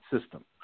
system